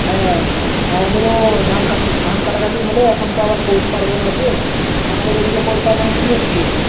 হ্যাঁ আমাদেরও ধান কাটা ধান কাটা কাটি হলো এখন তো এবার পৌষপার্বন আছে তোমাদের ওইদিকে পৌষ পার্বনে কী হচ্ছে